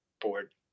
board